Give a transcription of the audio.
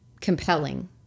compelling